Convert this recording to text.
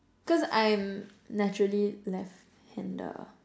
cause I'm naturally left hander